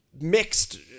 Mixed